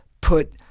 put